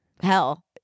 Hell